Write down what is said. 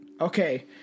Okay